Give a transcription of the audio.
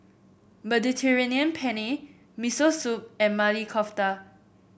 Mediterranean Penne Miso Soup and Maili Kofta